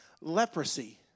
leprosy